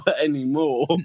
anymore